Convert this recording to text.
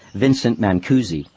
vincent mancusi,